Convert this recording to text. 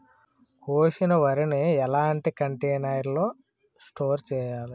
కోసిన వరిని ఎలాంటి కంటైనర్ లో స్టోర్ చెయ్యాలి?